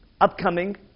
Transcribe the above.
upcoming